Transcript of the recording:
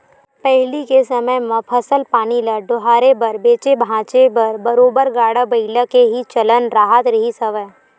पहिली के समे म फसल पानी ल डोहारे बर बेंचे भांजे बर बरोबर गाड़ा बइला के ही चलन राहत रिहिस हवय